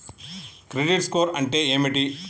Credit score అంటే ఏమిటి?